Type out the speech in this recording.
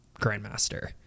Grandmaster